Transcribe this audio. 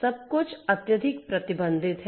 सब कुछ अत्यधिक प्रतिबंधित है